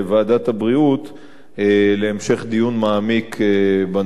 להמשך דיון מעמיק בנושא הזה וטיפול בו.